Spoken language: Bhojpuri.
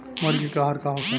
मुर्गी के आहार का होखे?